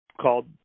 called